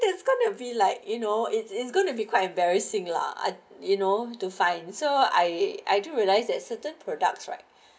it's gonna be like you know it's it's gonna be quite embarrassing lah I you know to find so I I do realize that certain products right